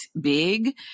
big